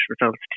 results